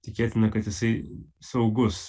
tikėtina kad jisai saugus